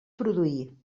produir